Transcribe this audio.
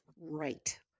Right